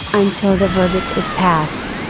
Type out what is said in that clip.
until the verdict is passed.